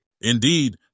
Indeed